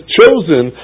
chosen